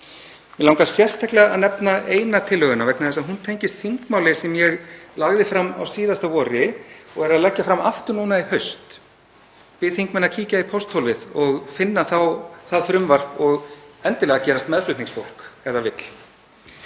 Mig langar sérstaklega að nefna eina tillöguna vegna þess að hún tengist þingmáli sem ég lagði fram á síðasta vori og er að leggja fram aftur núna í haust. Ég bið þingmenn að kíkja í pósthólfið og finna það frumvarp og endilega gerast meðflutningsfólk ef það vill.